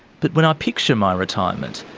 but when i picture my retirement,